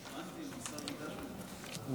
להכנתה לקריאה השנייה והשלישית.